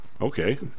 Okay